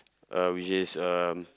uh which is um